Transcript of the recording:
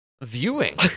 viewing